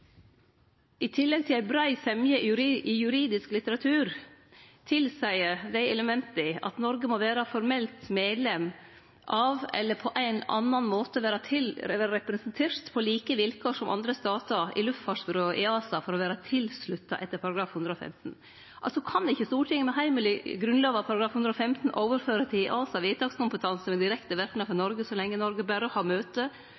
I tillegg til ei brei semje i juridisk litteratur tilseier dei elementa at Noreg formelt må vere medlem av eller på ein annan måte vere representert på like vilkår som andre statar i luftfartsbyrået EASA for å vere tilslutta etter § 115. Altså kan ikkje Stortinget med heimel i Grunnlova § 115 overføre til EASA vedtakskompetanse med direkte verknad for Noreg så lenge Noreg berre har møte-,